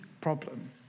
problem